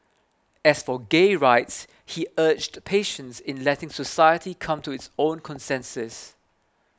as for gay rights he urged patience in letting society come to its own consensus